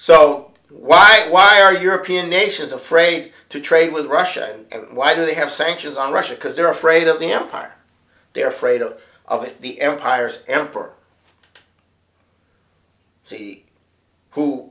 so why why are european nations afraid to trade with russia and why do they have sanctions on russia because they're afraid of the empire they're afraid of of the empires e